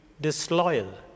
disloyal